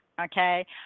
Okay